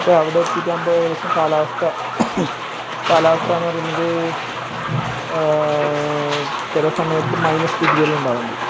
പക്ഷേ അവിടെത്തീട്ടാകുമ്പോൾ ഏകദേശം കാലാവസ്ഥ കാലാവസ്ഥാന്ന് പറയുന്നത് ചില സമയത്ത് മൈനസ് ഡിഗ്രിയെല്ലാം ഉണ്ടാവുന്നുണ്ട്